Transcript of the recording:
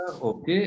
ok